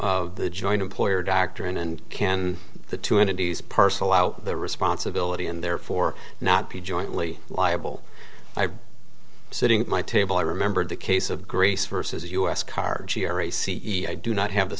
of the joint employer doctrine and can the two entities parcel out the responsibility and therefore not be jointly liable by sitting my table i remembered the case of greece versus u s car gerri c e i do not have